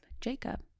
Jacob